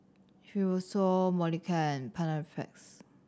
Fibrosol Molicare and Panaflex